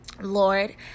lord